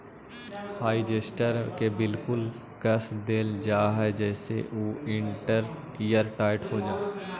digester के बिल्कुल कस देल जा हई जेसे उ एयरटाइट हो जा हई